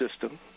System